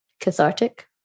cathartic